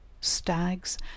stags